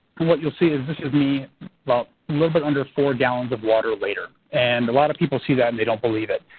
what you'll see is this is me. well, a little bit under four gallons of water later. and a lot of people see that and they don't believe it.